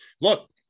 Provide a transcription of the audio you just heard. look